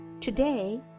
Today